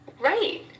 Right